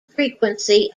frequency